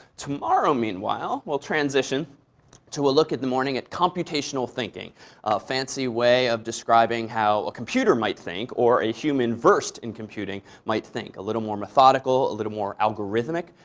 tomorrow, meanwhile, we'll transition to a look in the morning at computational thinking a fancy way of describing how a computer might think or a human versed in computing might think a little more methodical, a little more algorithmic,